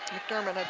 mcdermott, i